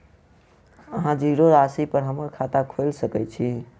अहाँ जीरो राशि पर हम्मर खाता खोइल सकै छी?